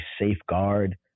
safeguard